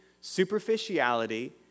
superficiality